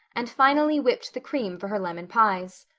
and finally whipped the cream for her lemon pies.